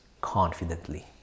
confidently